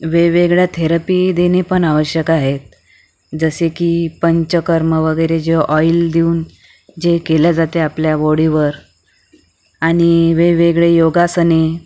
वेगवेगळ्या थेरपी देणे पण आवश्यक आहेत जसे की पंचकर्म वगैरे जे ऑईल देऊन जे केले जाते आपल्या वॉडीवर आणि वेगवेगळे योगासने